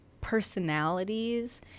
personalities